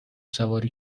سواری